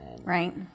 Right